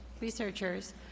researchers